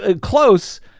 close